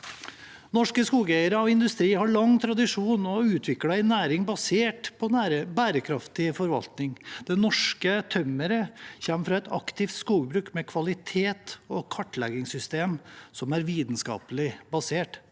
Norske skogeiere og norsk industri har lang tradisjon og har utviklet en næring basert på bærekraftig forvaltning. Det norske tømmeret kommer fra et aktivt skogbruk med et kvalitets- og kartleggingssystem som er vitenskapelig basert.